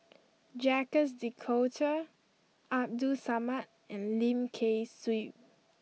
Jacques De Coutre Abdul Samad and Lim Kay Siu